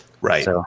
Right